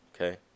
okay